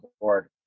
board